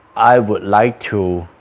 i would like to